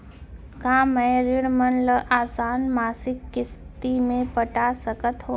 का मैं ऋण मन ल आसान मासिक किस्ती म पटा सकत हो?